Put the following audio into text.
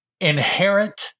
inherent